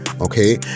Okay